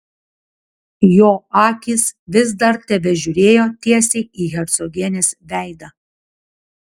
jo akys vis dar tebežiūrėjo tiesiai į hercogienės veidą